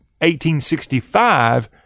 1865